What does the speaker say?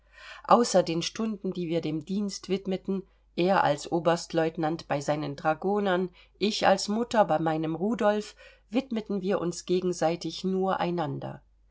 außer den stunden die wir dem dienst widmeten er als oberstlieutenant bei seinen dragonern ich als mutter bei meinem rudolf widmeten wir uns gegenseitig nur einander